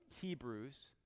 Hebrews